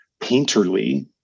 painterly